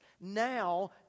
Now